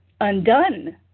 undone